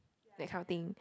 that kind of thing